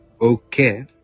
Okay